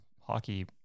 hockey